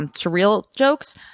and surreal jokes.